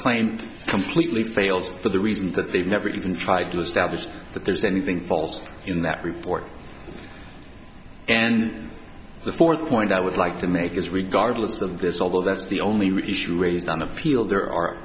claim completely fails for the reason that they've never even tried to stablish that there's anything false in that report and the fourth point i would like to make is regardless of this although that's the only real issue raised on appeal there are